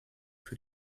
für